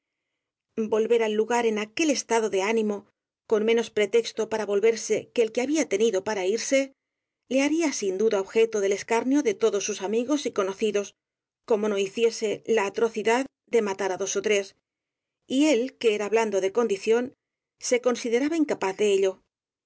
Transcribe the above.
ver al lugar en aquel estado de ánimo con menos pretexto para volverse que el que había tenido para irse le haría sin duda objeto del escarnio de todos sus amigos y conocidos como no hiciese la atrocidad de matar á dos ó tres y él que era blan do de condición se consideraba incapaz de ello